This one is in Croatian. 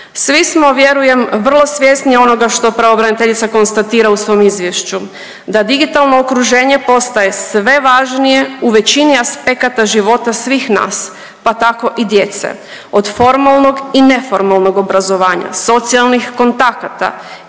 Svi smo vjerujem vrlo svjesni onoga što pravobraniteljica konstatira u svom izvješću, da digitalno okruženje postaje sve važnije u većini aspekata života svih nas, pa tako i djece. Od formalnog i neformalnog obrazovanja, socijalnih kontakata,